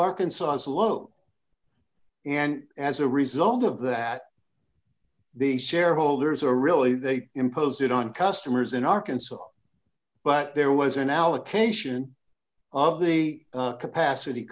arkansas slope and as a result of that the shareholders are really they impose it on customers in arkansas but there was an allocation of the capacity